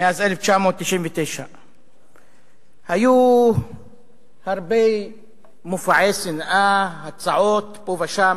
מאז 1999. היו הרבה מופעי שנאה, הצעות פה ושם,